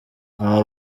aba